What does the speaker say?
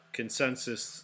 consensus